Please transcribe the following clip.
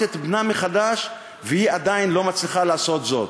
את בנה מחדש והיא עדיין לא מצליחה לעשות זאת.